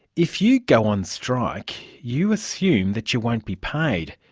if you go on strike, you assume that you won't be paid.